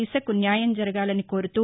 దిశకు న్యాయం జరగాలని కోరుతూ